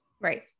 Right